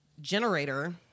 generator